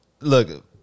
Look